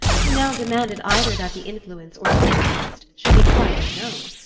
who now demanded either that the influence or the influenced should be quite unknown,